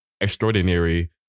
extraordinary